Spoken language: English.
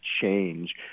change